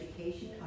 education